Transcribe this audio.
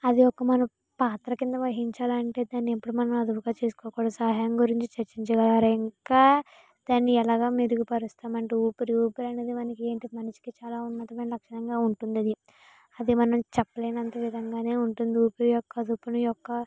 అది ఒక మన పాత్ర కింద వహించాలంటే దాన్ని ఎప్పుడు మనం అదుపుగా చేసుకోకూడదు సహాయం గురించి చర్చించగల ఇంకా దాన్ని ఎలాగ మెరుగుపరుస్తాం అంటే ఊపిరి ఊపిరి అనేది మనసుకు చాలా ఉన్నతమైన లక్ష్యంగా ఉంటుంది అది అది మనం చెప్పలేనంత విధంగా ఉంటుంది ఊపిరి యొక్క అదుపుని యొక్క